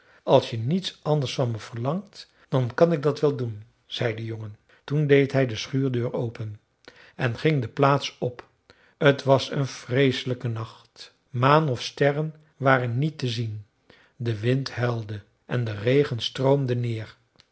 als je niets anders van me verlangt dan kan ik dat wel doen zei de jongen toen deed hij de schuurdeur open en ging de plaats op t was een vreeselijke nacht maan of sterren waren niet te zien de wind huilde en de regen stroomde neer